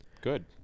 Good